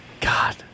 god